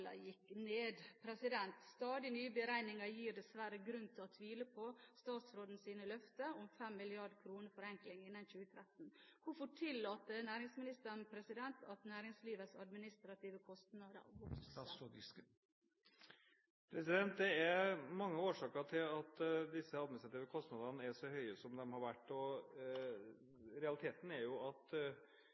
gikk ned. Stadig nye beregninger gir dessverre grunn til å tvile på statsrådens løfter om 5 mrd. kr forenkling innen 2013. Hvorfor tillater næringsministeren at næringslivets administrative kostnader vokser? Det er mange årsaker til at de administrative kostnadene er så høye som de har vært. Realiteten er at